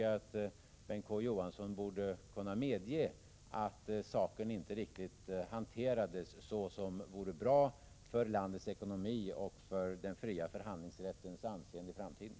Å. Johansson borde kunna medge att ärendet på denna punkt inte hanterades på ett sätt som var bra för landets ekonomi och för den fria förhandlingsrättens anseende i framtiden.